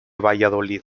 valladolid